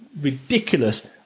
ridiculous